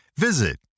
Visit